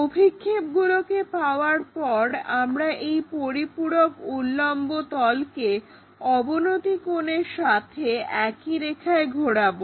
অভিক্ষেপগুলোকে পাওয়ার পর আমরা এই পরিপূরক উল্লম্ব তলকে অবনতি কোণের সাথে একই রেখায় ঘোরাবো